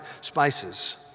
spices